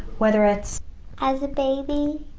whether it's as a baby,